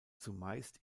zumeist